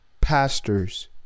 pastor's